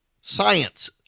Science